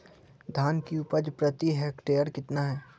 धान की उपज प्रति हेक्टेयर कितना है?